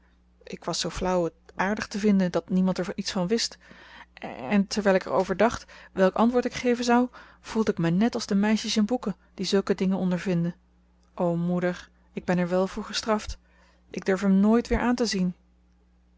ik was zoo flauw het aardig te vinden dat niemand er iets van wist en terwijl ik er over dacht welk antwoord ik geven zou voelde ik mij net als de meisjes in boeken die zulke dingen ondervinden o moeder ik ben er wel voor gestraft ik durf hem nooit weer aan te zien